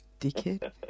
Dickhead